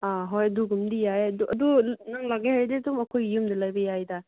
ꯑꯥ ꯍꯣꯏ ꯑꯗꯨꯒꯨꯝꯕꯗꯤ ꯌꯥꯏꯌꯦ ꯑꯗꯨ ꯅꯪ ꯂꯥꯛꯀꯦ ꯍꯥꯏꯔꯗꯤ ꯑꯗꯨꯝ ꯑꯩꯈꯣꯏ ꯌꯨꯝꯗ ꯂꯩꯕ ꯌꯥꯏꯗ